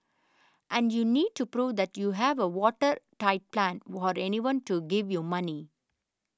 and you need to prove that you have a watertight plan for anyone to give you money